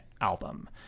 album